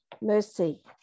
mercy